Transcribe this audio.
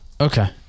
Okay